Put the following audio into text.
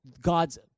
God's